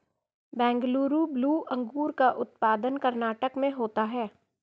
Bengaluru blue अंगूर का उत्पादन कर्नाटक में होता है